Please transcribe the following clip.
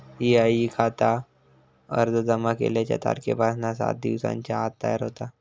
EIE खाता अर्ज जमा केल्याच्या तारखेपासना सात दिवसांच्या आत तयार होता